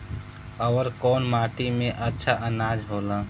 अवर कौन माटी मे अच्छा आनाज होला?